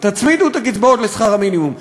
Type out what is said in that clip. המינימום, תצמידו את הקצבאות לשכר המינימום.